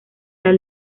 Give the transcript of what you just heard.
las